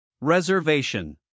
Reservation